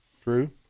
true